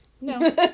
No